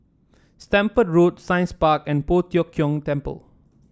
Stamford Road Science Park and Poh Tiong Kiong Temple